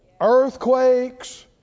earthquakes